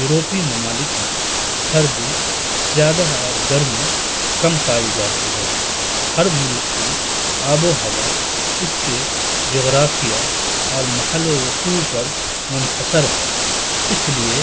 یوروپی ممالک میں سردی زیادہ اور گرمی کم پائی جاتی ہے ہر ملک کی آب و ہوا اس کے جغرافیہ اور محل وقوع پر منحصر ہے اس لیے